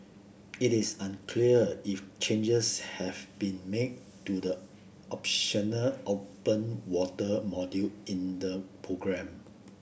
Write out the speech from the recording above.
it is unclear if changes have been made to the optional open water module in the programme